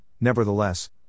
Nevertheless